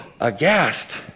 Aghast